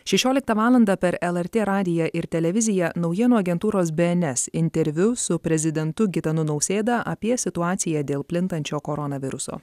šešioliktą valandą per lrt radiją ir televiziją naujienų agentūros bns interviu su prezidentu gitanu nausėda apie situaciją dėl plintančio koronaviruso